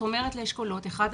כלומר לאשכולות 3-1,